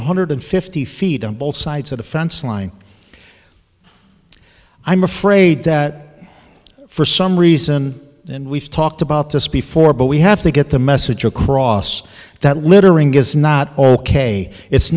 one hundred fifty feet on both sides of the fence line i'm afraid that for some reason and we've talked about this before but we have to get the message across that littering is not